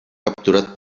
capturat